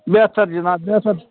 بہتر جِناب بہتر